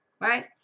right